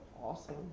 awesome